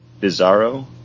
Bizarro